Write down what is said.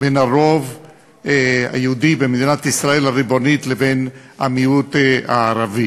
בין הרוב היהודי במדינת ישראל הריבונית לבין המיעוט הערבי.